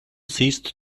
ceased